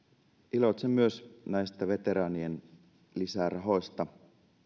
iloitsen myös näistä veteraanien lisärahoista